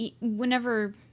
whenever